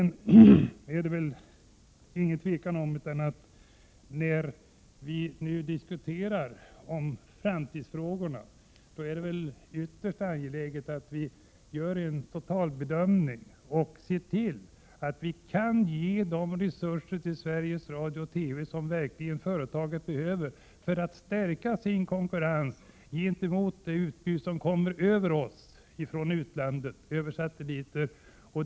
När vi nu diskuterar framtidsfrågorna är det ytterst angeläget att göra en totalbedömning och se till att vi kan ge de resurser till Sveriges Radio som företaget behöver för att stärka sin konkurrenssituation gentemot det utbud som kommer över oss från utlandet genom satelliter.